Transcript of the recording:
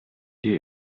die